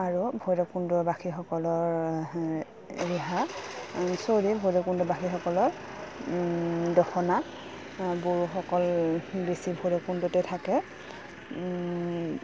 আৰু ভৈৰৱকুণ্ডৰবাসীসকলৰ ৰিহা চৰি ভৈৰৱকুণ্ডবাসীসকলৰ দখনা বড়োসকল বেছি ভৈৰৱকুণ্ডতে থাকে